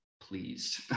pleased